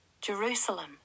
Jerusalem